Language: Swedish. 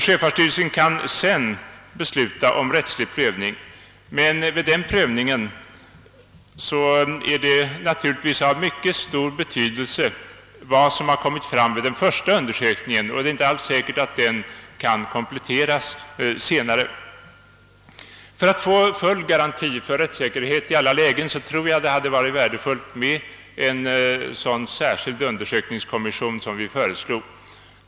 Sjöfartsstyrelsen kan sedan besluta om rättslig prövning, men vid den prövningen är naturligtvis av mycket stor betydelse vad som kommer fram vid den första undersökningen, och det är inte alls säkert att denna senare kan kompletteras. För att få full garanti för rättssäkerhet i alla lägen tror jag att det hade varit värdefullt med en sådan särskild haverikommission som vi föreslog.